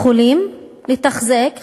יכולים לתחזק,